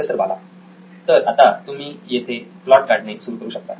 professor Bala तर आता तुम्ही येथे प्लॉट काढणे सुरू करू शकता